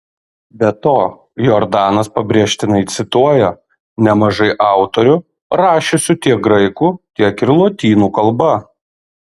be to jordanas pabrėžtinai cituoja nemažai autorių rašiusių tiek graikų tiek ir lotynų kalba